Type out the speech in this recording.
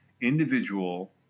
individual